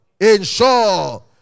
ensure